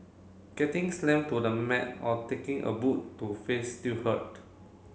getting slammed to the mat or taking a boot to face still hurt